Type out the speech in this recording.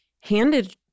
handed